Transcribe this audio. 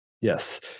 Yes